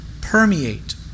permeate